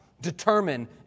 Determine